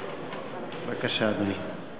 בבקשה, אדוני.